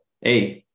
Hey